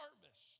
harvest